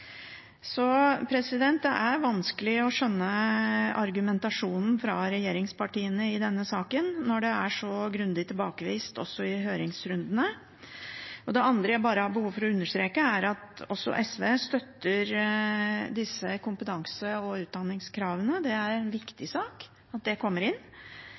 Så det er vanskelig å skjønne argumentasjonen fra regjeringspartiene i denne saken, når det er så grundig tilbakevist også i høringsrundene. Det andre jeg har behov for å understreke, er at også SV støtter disse kompetanse- og utdanningskravene. Det er viktig at det kommer inn,